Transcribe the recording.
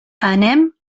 anem